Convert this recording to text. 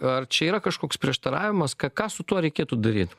ar čia yra kažkoks prieštaravimas ka ką su tuo reikėtų daryt